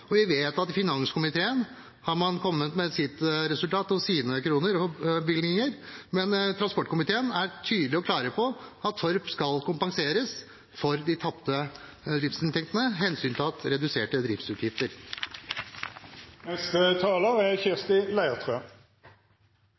sine kroner og bevilgninger, men transport- og kommunikasjonskomiteen er tydelig og klar på at Torp skal kompenseres for de tapte driftsinntektene, hensyntatt reduserte driftsutgifter.